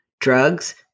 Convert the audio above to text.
drugs